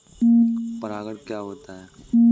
परागण क्या होता है?